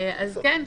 אז כן,